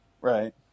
Right